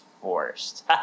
forced